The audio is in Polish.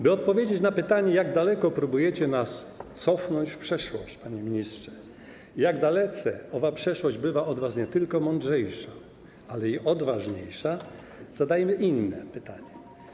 By odpowiedzieć na pytanie, jak daleko próbujecie nas cofnąć w przeszłość, panie ministrze, i jak dalece owa przeszłość bywa od was nie tylko mądrzejsza, ale i odważniejsza, zadajmy inne pytanie.